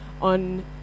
on